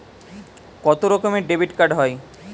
কত রকমের ডেবিটকার্ড হয়?